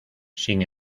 sin